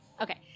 Okay